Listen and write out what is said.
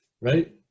right